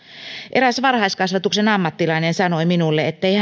eräs varhaiskasvatuksen ammattilainen sanoi minulle ettei